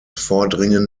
vordringen